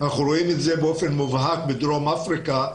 אנחנו רואים את זה באופן מובהק בדרום אפריקה,